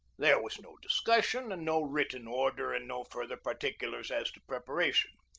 there was no discussion and no written order and no further particulars as to preparation.